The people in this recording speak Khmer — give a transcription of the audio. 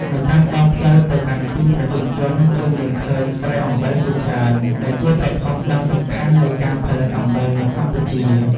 នៅតាមដងផ្លូវទៅកាន់ទីប្រជុំជន យើងនឹងឃើញស្រែអំបិលជាច្រើន ដែលជាប្រភពដ៏សំខាន់នៃការផលិតអំបិលនៅកម្ពុជា។